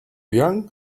young